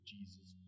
Jesus